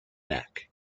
neck